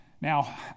Now